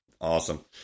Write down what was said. Awesome